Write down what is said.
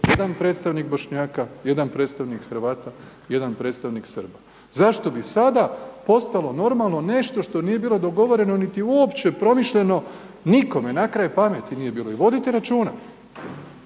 jedna predstavnik Bošnjaka, jedan predstavnik Hrvata, jedan predstavnik Srba? Zašto bi sada postalo normalno nešto što nije bilo dogovoreno niti uopće promišljeno nikome na kraju pameti nije bilo i vodite računa